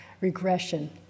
regression